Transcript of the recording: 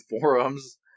forums